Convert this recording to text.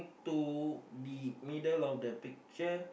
to the middle of the picture